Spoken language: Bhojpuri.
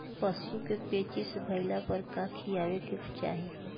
पशु क पेचिश भईला पर का खियावे के चाहीं?